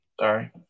sorry